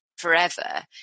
forever